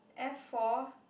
F four